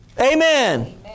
Amen